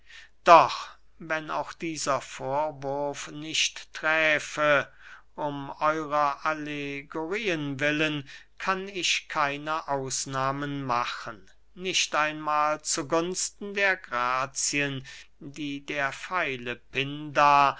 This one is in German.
doch wenn auch dieser vorwurf nicht träfe um eurer allegorien willen kann ich keine ausnahmen machen nicht einmal zu gunsten der grazien die der feile pindar